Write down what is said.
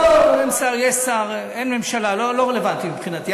יש שר, אין שר, אין ממשלה, לא רלוונטי מבחינתי.